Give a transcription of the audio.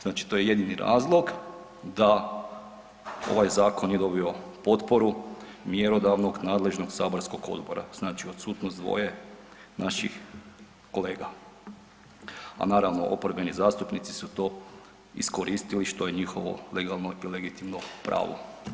Znači to je jedini razlog da ovaj zakon nije dobio potporu mjerodavnog, nadležnog saborskog odbora, znači odsutnost dvoje naših kolega a naravno, oporbeni zastupnici su to iskoristili što je njihovo legalno i legitimno pravo.